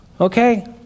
Okay